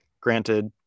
granted